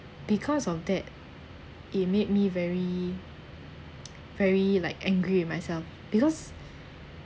because of that it made me very very like angry with myself because